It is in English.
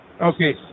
Okay